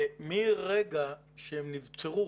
מרגע שהם נבצרו